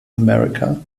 america